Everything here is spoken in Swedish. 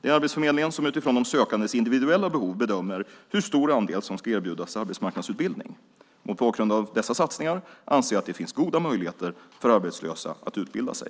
Det är Arbetsförmedlingen som utifrån de sökandes individuella behov bedömer hur stor andel som ska erbjudas arbetsmarknadsutbildning. Mot bakgrund av dessa satsningar anser jag att det finns goda möjligheter för arbetslösa att utbilda sig.